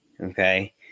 Okay